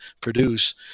produce